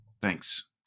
thanks